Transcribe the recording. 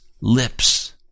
lips